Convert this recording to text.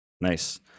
nice